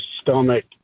stomach